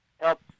help